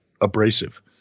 abrasive